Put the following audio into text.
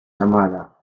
llamada